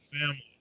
family